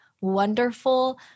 wonderful